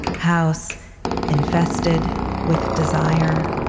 house infested with desire.